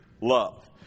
love